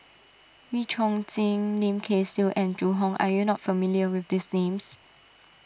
Wee Chong Jin Lim Kay Siu and Zhu Hong are you not familiar with these names